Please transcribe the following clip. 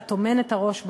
אתה טומן את הראש בחול,